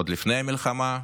עוד לפני המלחמה,